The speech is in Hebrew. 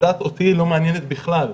אבל הדת אותי לא מעניינת בכלל.